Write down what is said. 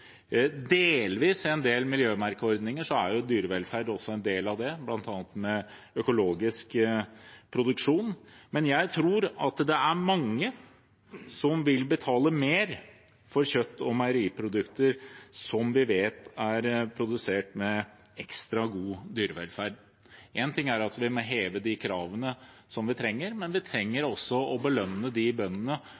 en del miljømerkeordninger er dyrevelferd delvis en del av det, bl.a. med økologisk produksjon, men jeg tror at det er mange som vil betale mer for kjøtt og meieriprodukter som vi vet er produsert med ekstra god dyrevelferd. Én ting er at vi må heve kravene, som vi trenger, men vi trenger også å belønne de bøndene som ønsker å gå lenger, og de trenger